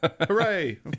Hooray